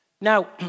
Now